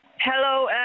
Hello